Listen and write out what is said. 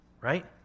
Right